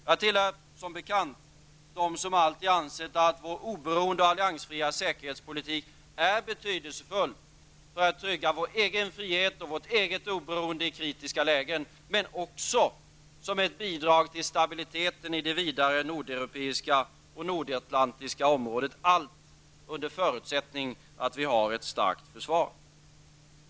Jag tillhör som bekant dem som alltid har ansett att vår oberoende och alliansfria säkerhetspolitik är betydelsefull för att trygga vår egen frihet och vårt eget oberoende i kritiska lägen, men också som ett bidrag till stabiliteten i det vidare nordeuropeiska och nordatlantiska området -- allt under förutsättning att vi har ett starkt försvar.